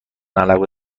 علاقه